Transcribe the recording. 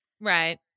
Right